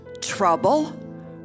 Trouble